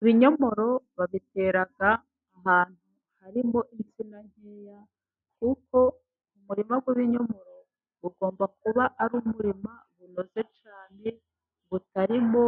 Ibinyomoro babitera ahantu harimo insina nkeya, kuko umurima w'ibinyomoro ugomba kuba ari umurima unoze cyane, utarimo